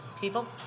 people